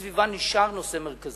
איכות הסביבה נשארת נושא מרכזי.